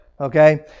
Okay